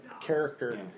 character